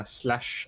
slash